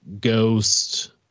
ghost